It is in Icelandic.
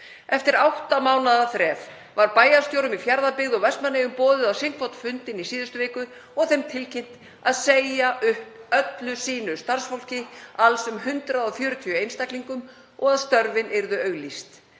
Eftir átta mánaða þref voru bæjarstjórar í Fjarðabyggð og Vestmannaeyjum boðaðir hvor á sinn fund í síðustu viku og þeim tilkynnt að þeir skyldu segja upp öllu sínu starfsfólki, alls um 140 einstaklingum, og að störfin yrðu auglýst.